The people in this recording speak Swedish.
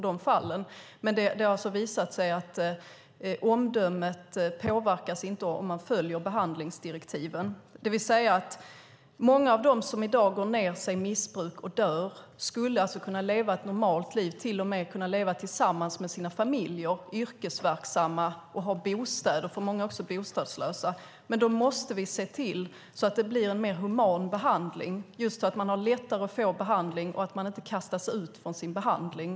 Det har visat sig att omdömet inte påverkas om de följer behandlingsdirektiven. Många av dem som i dag går ned sig i missbruk och dör skulle alltså kunna leva ett normalt liv, till och med kunna leva tillsammans med sina familjer, vara yrkesverksamma och ha bostäder - många är också bostadslösa. Men då måste vi se till att det blir en mer human behandling, just att man lättare får behandling och att man inte kastas ut från sin behandling.